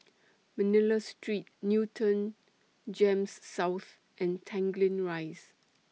Manila Street Newton Gems South and Tanglin Rise